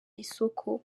isoko